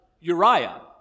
Uriah